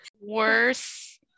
Worse